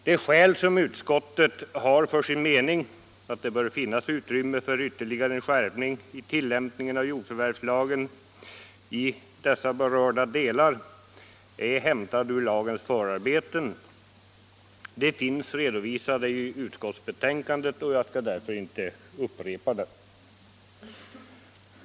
De skäl som utskottet har för sin mening, att det bör finnas utrymme för ytterligare en skärpning i tillämpningen av jordförvärvslagen i berörda delar, är hämtade ur lagens förarbeten. De finns redovisade i utskottsbetänkandet. Jag skall därför inte upprepa dem.